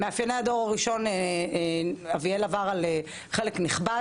מאפייני הדור הראשון שאביאל עבר על חלק נכבד